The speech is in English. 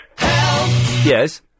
Yes